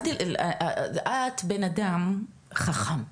את בן אדם חכם,